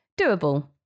Doable